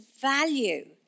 value